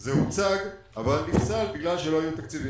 זה הוצג אבל נפסל בגלל שלא היו תקציבים.